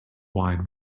wine